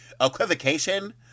Equivocation